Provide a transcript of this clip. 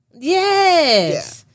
Yes